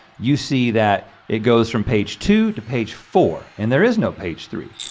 you see that it goes from page two to page four and there is no page three.